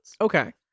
okay